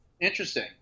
Interesting